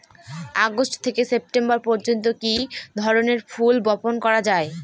August থেকে September পর্যন্ত কি ধরনের ফুল বপন করা যায়?